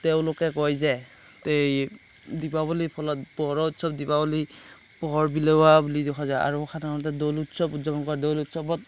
তেওঁলোকে কয় যে তে এই দীপাৱলীৰ ফলত পোহৰৰ উৎসৱ দীপাৱলী পোহৰ বিলোৱা বুলি দেখা যায় আৰু সাধাৰণতে দৌল উৎসৱ উদযাপন কৰা দৌল উৎসৱত